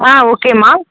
ஆ okay அம்மா